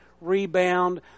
rebound